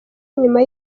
nyuma